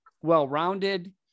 well-rounded